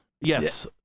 Yes